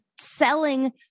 selling